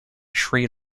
sri